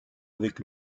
avec